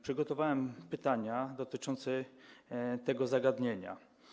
Przygotowałem pytania dotyczące tego zagadnienia.